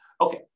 Okay